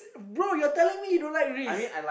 bro your telling me you don't like reese